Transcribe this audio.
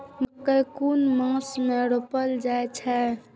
मकेय कुन मास में रोपल जाय छै?